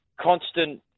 constant